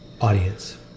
audience